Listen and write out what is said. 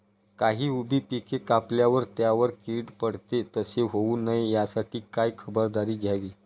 काही उभी पिके कापल्यावर त्यावर कीड पडते, तसे होऊ नये यासाठी काय खबरदारी घ्यावी?